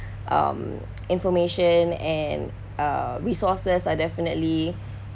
um information and resources uh are definitely